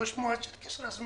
ראש מועצת כסרא-סמיע,